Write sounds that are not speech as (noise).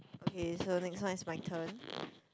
(noise) okay so next one is my turn